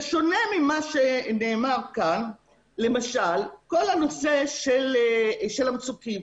בשונה ממה שנאמר כאן, למשל כל הנושא של המצוקים.